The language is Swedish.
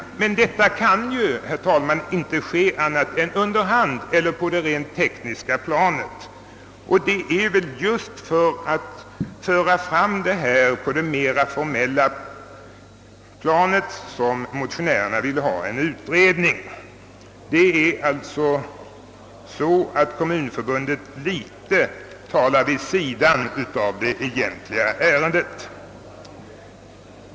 Men detta kan ju, herr talman, inte ske annat än under hand eller på det rent tekniska planet. Det är väl just för att föra fram frågorna på det mera formella planet som motionärerna vill ha en utredning, Kommunförbundet talar alltså litet vid sidan av det egentliga ärendet.